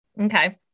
Okay